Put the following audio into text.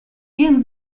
gehen